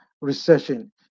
recession